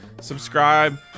subscribe